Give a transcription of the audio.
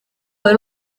ari